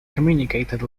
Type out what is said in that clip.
communicated